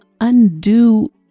Undo